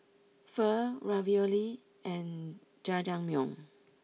Pho Ravioli and Jajangmyeon